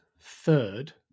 third